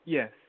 Yes